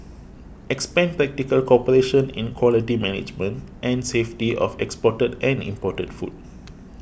expand practical cooperation in quality management and safety of exported and imported food